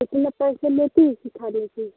कितना पैसा लेतीं हैं सिखाने की